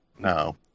No